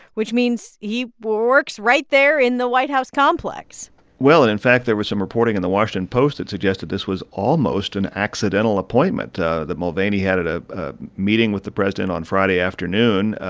which means he works right there in the white house complex well, and in fact, there was some reporting in the washington post that suggested this was almost an accidental appointment, that mulvaney had a ah meeting with the president on friday afternoon,